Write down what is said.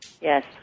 Yes